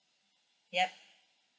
yup